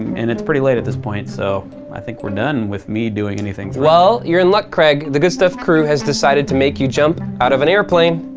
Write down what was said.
and it's pretty late at this point, so i think we're done with me doing anything thrilling. well, you're in luck, craig. the good stuff crew has decided to make you jump out of an airplane.